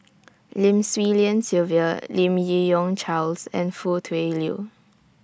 Lim Swee Lian Sylvia Lim Yi Yong Charles and Foo Tui Liew